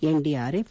NDRF